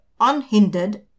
unhindered